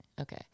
okay